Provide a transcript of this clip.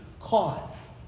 cause